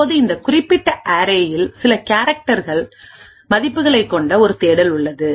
இப்போது இந்த குறிப்பிட்டஅரேயில் சிலகேரக்டர் மதிப்புகளைக் கொண்ட ஒரு தேடல் உள்ளது